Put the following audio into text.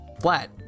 flat